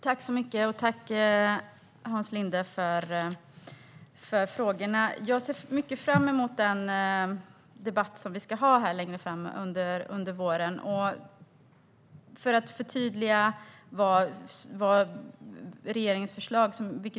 Herr talman! Jag tackar Hans Linde för frågorna. Jag ser fram emot den debatt som vi ska ha här längre fram under våren.